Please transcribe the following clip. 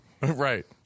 Right